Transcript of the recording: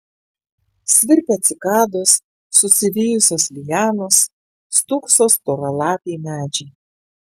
svirpia cikados susivijusios lianos stūkso storalapiai medžiai